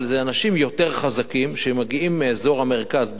אבל אלה אנשים יותר חזקים שמגיעים מאזור המרכז,